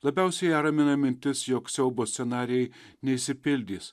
labiausiai ją ramina mintis jog siaubo scenarijai neišsipildys